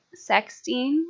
sexting